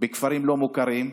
מכפרים לא מוכרים.